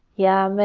yeah, um and